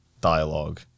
dialogue